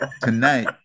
tonight